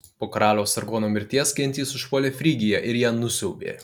po karaliaus sargono mirties gentys užpuolė frygiją ir ją nusiaubė